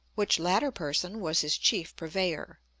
which latter person was his chief purveyor,